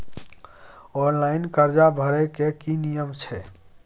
Online कर्जा भरै के की नियम छै?